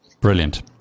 Brilliant